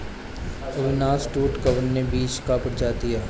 अविनाश टू कवने बीज क प्रजाति ह?